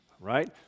right